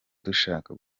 dushaka